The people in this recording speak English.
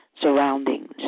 surroundings